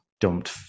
dumped